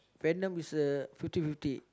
venom is a fifty fifty